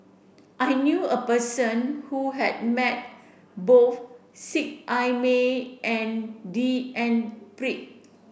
I knew a person who has met both Seet Ai Mee and D N Pritt